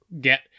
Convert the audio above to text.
get